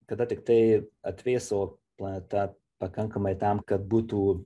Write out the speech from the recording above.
kada tiktai atvėso planeta pakankamai tam kad būtų